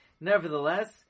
Nevertheless